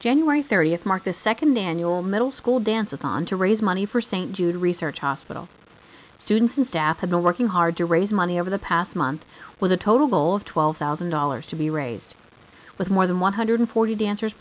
january thirtieth mark a second annual middle school dances on to raise money for st jude research hospital students and staff have been working hard to raise money over the past month with a total of twelve thousand dollars to be raised with more than one hundred forty dancers